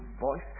voice